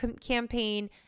campaign